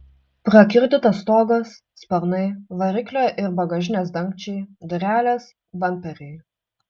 prakiurdytas stogas sparnai variklio ir bagažinės dangčiai durelės bamperiai